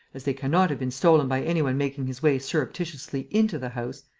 as they cannot have been stolen by any one making his way surreptitiously into the house,